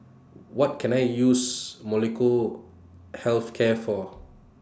What Can I use Molnylcke Health Care For